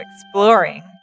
exploring